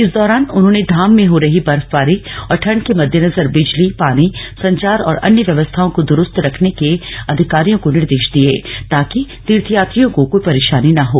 इस दौरान उन्होंने धाम में हो रही बर्फबारी और ठंड के मद्देनजर बिजली पानी संचार और अन्य व्यवस्थाओं को दुरुस्त रखने के अधिकारियों को निर्देश दिए ताकि तीर्थयात्रियों को कोई परेशानी न हो